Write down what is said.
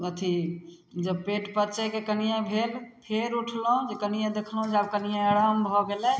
अथी जँ पेट पचयके कनिये भेल फेर उठलहुँ जे कनियेँ देखलहुँ जे कनियेँ आराम भऽ गेलय